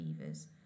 fevers